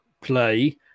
play